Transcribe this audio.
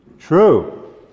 True